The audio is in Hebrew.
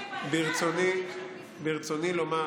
ברצוני לומר